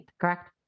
correct